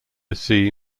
see